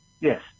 Yes